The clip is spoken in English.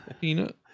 Peanut